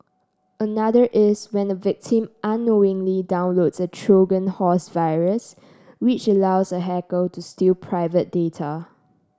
another is when a victim unknowingly downloads a Trojan horse virus which allows a hacker to steal private data